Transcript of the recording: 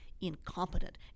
incompetent